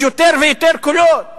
יש יותר ויותר קולות